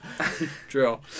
True